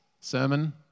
sermon